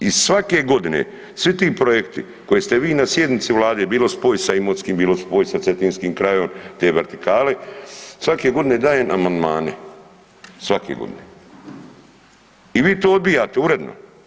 I svake godine svi ti projekti koje ste vi na sjednici vlade bilo spoj sa imotskim, bilo spoj sa cetinskim krajem te vertikale, svake godine dajem amandmane, svake godine i vi to odbijate uredno.